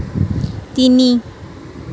তিনি